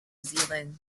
zealand